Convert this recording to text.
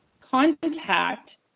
contact